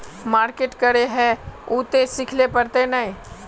Market करे है उ ते सिखले पड़ते नय?